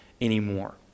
anymore